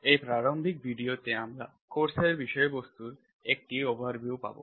এই প্রারম্ভিক ভিডিও তে আমরা কোর্স এর বিষয়বস্তুর একটি ওভারভিউ পাব